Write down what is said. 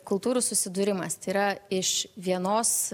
kultūrų susidūrimas yra iš vienos